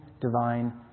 divine